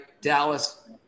Dallas